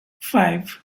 five